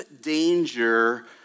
danger